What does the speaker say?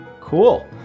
Cool